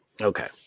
okay